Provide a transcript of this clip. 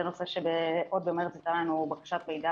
זה נושא שעוד במרץ הייתה לנו בקשת מידע